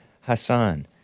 Hassan